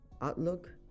outlook